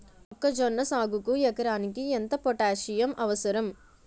మొక్కజొన్న సాగుకు ఎకరానికి ఎంత పోటాస్సియం అవసరం?